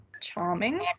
charming